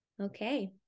Okay